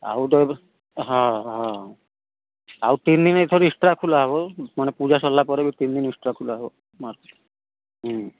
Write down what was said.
ଆଉ ତ ଏବେ ହଁ ହଁ ଆଉ ତିନିଦିନି ଏକ୍ସଟ୍ରା ଖୋଲା ହେବ ମାନେ ପୂଜା ସରିଲା ପରେବି ତିନିଦିନି ଏକ୍ସଟ୍ରା ଖୋଲା ହେବ